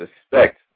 suspect